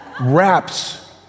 wraps